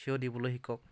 থিয় দিবলৈ শিকক